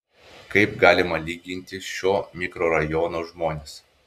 kaip galima lyginti šio mikrorajono žmones